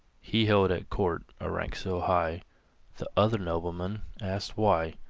he held at court a rank so high that other noblemen asked why.